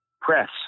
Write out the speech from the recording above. press